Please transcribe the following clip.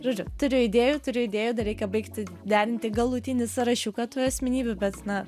žodžiu turiu idėjų turiu idėjų dar reikia baigti derinti galutinį sąrašiuką tų asmenybių bet na